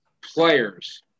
players –